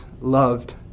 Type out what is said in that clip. loved